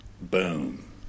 Boom